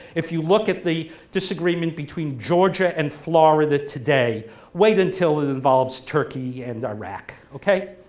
if you look at the disagreement between georgia and florida today wait until it involves turkey and iraq. okay,